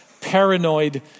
paranoid